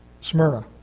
Smyrna